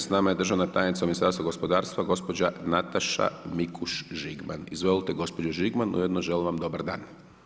S nama je državna tajnica u Ministarstvu gospodarstva, gospođa Nataša Mikuš Žigman, izvolite gospođo Žigman, ujedno želim vam dobar dan.